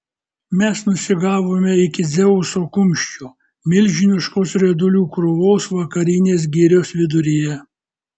mes nusigavome iki dzeuso kumščio milžiniškos riedulių krūvos vakarinės girios viduryje